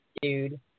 dude